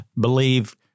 believe